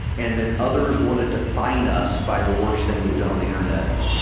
and then others want to define us by the worst thing we've done on the internet,